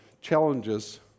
challenges